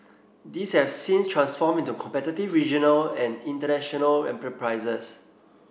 these have since transformed into competitive regional and international enterprises